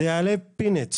זה לא יעלה כמעט כלום,